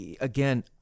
Again